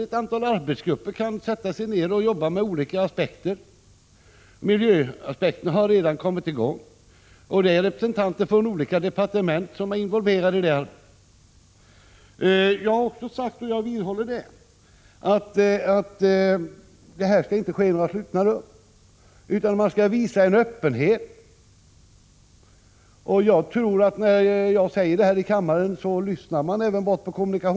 Ett antal arbetsgrupper kan sätta sig ned och jobba med frågorna ur olika aspekter. När det gäller miljöaspekterna har man redan kommit i gång. Representanter från olika departement är involverade i arbetet. Jag har också sagt, och det vidhåller jag, att det här arbetet inte skall ske i slutna rum. I stället skall man visa öppenhet. Jag tror att man även på kommunikationsdepartementet lyssnar på det jag säger här i kammaren. Jag tror att man i arbetet kommer att — Prot.